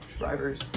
Drivers